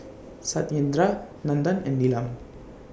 Satyendra Nandan and Neelam